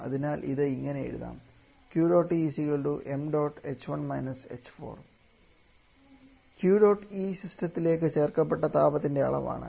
അതിനാൽ ഇത് ഇങ്ങനെ എഴുതാം Q dot E സിസ്റ്റത്തിലേക്ക് ചേർക്കപ്പെട്ട താപത്തിൻറെ അളവ് ആണ്